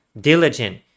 diligent